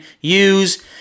use